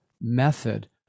method